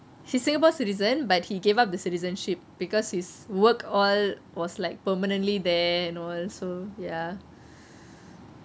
she singapore citizen but he gave up the citizenship because his work all was like permanently there and all so ya